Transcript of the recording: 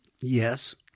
Yes